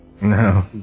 No